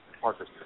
Parker